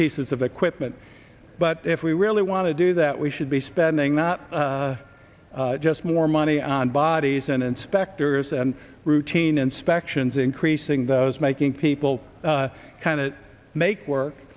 pieces of equipment but if we really want to do that we should be spending not just more money on bodies and inspectors and routine inspections increasing those making people kind of make work